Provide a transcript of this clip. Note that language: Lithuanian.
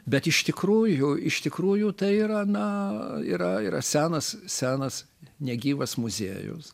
bet iš tikrųjų iš tikrųjų tai yra na yra yra senas senas negyvas muziejus